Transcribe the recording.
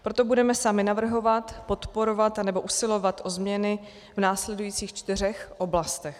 Proto budeme sami navrhovat, podporovat nebo usilovat o změny v následujících čtyřech oblastech.